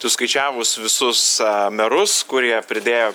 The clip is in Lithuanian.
suskaičiavus visus merus kurie pridėjo